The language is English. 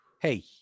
Hey